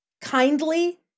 kindly